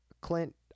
Clint